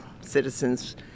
citizens